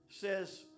says